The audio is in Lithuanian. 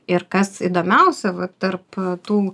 ir kas įdomiausia va tarp tų